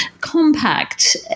compact